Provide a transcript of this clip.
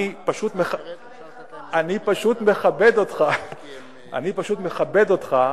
אני פשוט מכבד אותך,